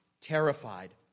terrified